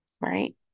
Right